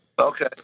Okay